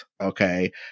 okay